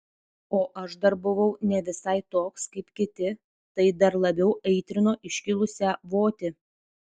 o aš dar buvau ne visai toks kaip kiti tai dar labiau aitrino iškilusią votį